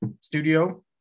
studio